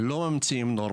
הם לא ממציאים נורמות,